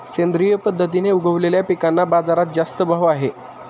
सेंद्रिय पद्धतीने उगवलेल्या पिकांना बाजारात जास्त भाव आहे